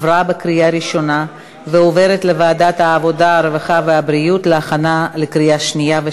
לוועדת העבודה, הרווחה והבריאות נתקבלה.